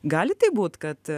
gali taip būt kad